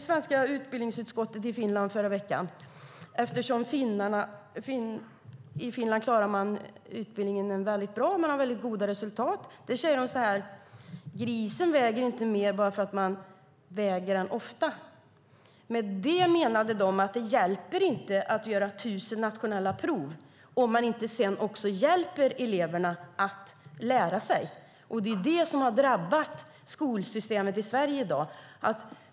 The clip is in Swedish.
Svenska utbildningsutskottet var i Finland förra veckan eftersom man i Finland klarar utbildningen väldigt bra och har goda resultat. Där säger de: Grisen väger inte mer bara för att man väger den ofta. Med det menar de att det inte hjälper att ha tusen nationella prov om man inte sedan också hjälper eleverna att lära sig. Det är det som har drabbat skolsystemet i Sverige i dag.